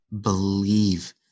Believe